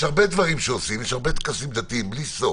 יש הרבה טקסים דתיים שעושים,